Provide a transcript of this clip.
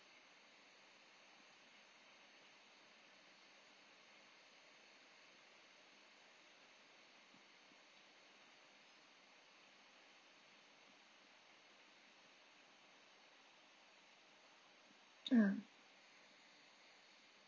mm